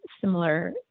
similar